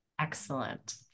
Excellent